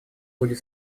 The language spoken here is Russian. будет